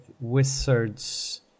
Wizards